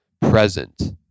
present